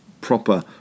proper